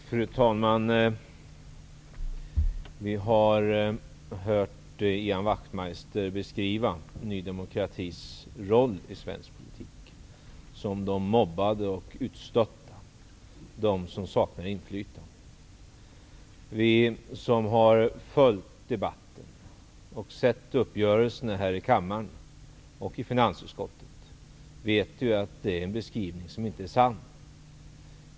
Fru talman! Vi har hört Ian Wachtmeister beskriva Ny demokratis roll i svensk politik. Han beskriver nydemokraterna som mobbade och utstötta, som dem som saknar inflytande. Vi som har följt debatten och sett uppgörelserna här i kammaren och i finansutskottet vet att det är en beskrivning som inte är sann.